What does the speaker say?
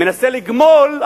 מנסה לגמול,